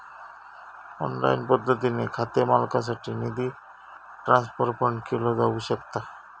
online पद्धतीने खाते मालकासाठी निधी ट्रान्सफर पण केलो जाऊ शकता